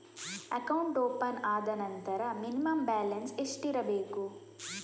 Account open ಆದ ನಂತರ minimum balance ಎಷ್ಟಿರಬೇಕು?